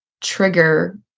trigger